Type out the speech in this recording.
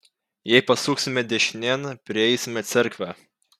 jei pasuksime dešinėn prieisime cerkvę